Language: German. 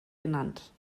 genannt